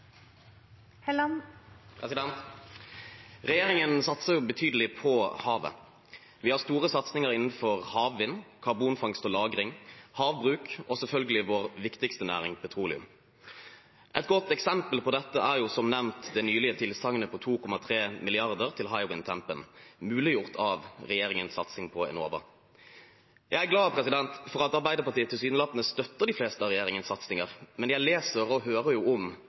Regjeringen satser betydelig på havet. Vi har store satsinger innenfor havvind, karbonfangst og -lagring, havbruk og selvfølgelig vår viktigste næring, petroleum. Et godt eksempel på dette er som nevnt det nylige tilsagnet på 2,3 mrd. kr til Hywind Tampen, muliggjort av regjeringens satsing på Enova. Jeg er glad for at Arbeiderpartiet tilsynelatende støtter de fleste av regjeringens satsinger, men jeg leser og hører om